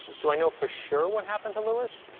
do i know for sure what happened to lewis?